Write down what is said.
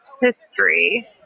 history